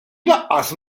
lanqas